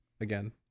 Again